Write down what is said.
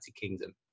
Kingdom